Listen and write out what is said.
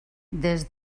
des